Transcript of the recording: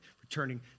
Returning